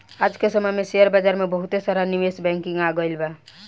आज के समय में शेयर बाजार में बहुते सारा निवेश बैंकिंग आ गइल बा